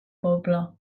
poble